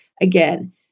again